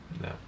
no